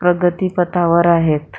प्रगतीपथावर आहेत